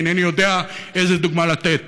אינני יודע איזו דוגמה לתת.